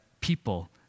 people